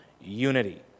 unity